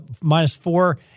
minus-four